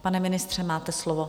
Pane ministře, máte slovo.